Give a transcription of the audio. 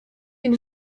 nim